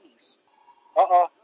Uh-oh